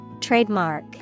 Trademark